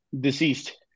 deceased